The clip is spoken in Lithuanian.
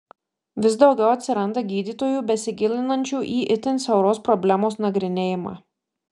vis daugiau atsiranda gydytojų besigilinančių į itin siauros problemos nagrinėjimą